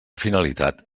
finalitat